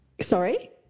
Sorry